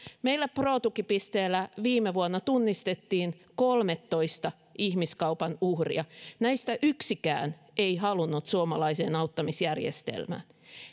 meillä pro tukipisteellä viime vuonna tunnistettiin kolmentoista ihmiskaupan uhria näistä yksikään ei halunnut suomalaiseen auttamisjärjestelmään